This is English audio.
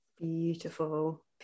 Beautiful